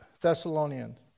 Thessalonians